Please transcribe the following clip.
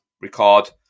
record